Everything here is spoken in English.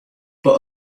but